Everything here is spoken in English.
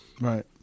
right